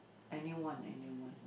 anyone anyone